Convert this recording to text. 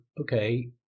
okay